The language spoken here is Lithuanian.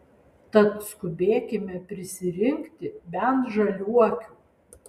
tad skubėkime prisirinkti bent žaliuokių